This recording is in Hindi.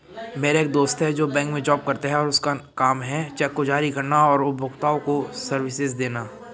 मेरा एक दोस्त है जो बैंक में जॉब करता है और उसका काम है चेक को जारी करना और उपभोक्ताओं को सर्विसेज देना